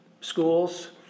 schools